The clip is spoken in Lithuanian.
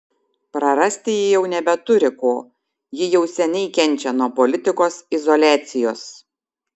prarasti ji jau nebeturi ko ji jau seniai kenčia nuo politikos izoliacijos